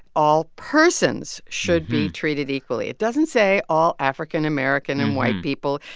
all persons should be treated equally. it doesn't say all african-american and white people.